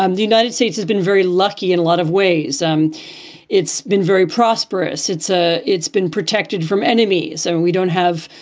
um the united states has been very lucky in a lot of ways. um it's been very prosperous. it's ah it's been protected from enemies. and we don't have,